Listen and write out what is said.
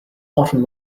bottom